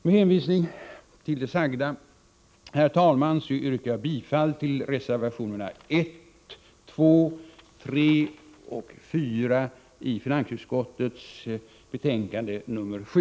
Med hänvisning till det sagda yrkar jag bifall till reservationerna 1, 2, 3 och 4 i finansutskottets betänkande 7.